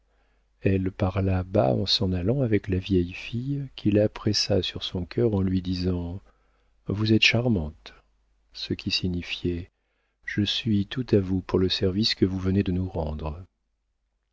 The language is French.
elle parla bas en s'en allant avec la vieille fille qui la pressa sur son cœur en lui disant vous êtes charmante ce qui signifiait je suis toute à vous pour le service que vous venez de nous rendre